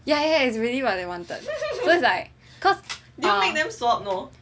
yeah yeah it's really what they wanted so is like cause